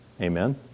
Amen